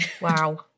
Wow